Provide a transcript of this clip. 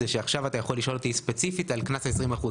היא שעכשיו אתה יכול לשאול אותי ספציפית על קנס ה-20%.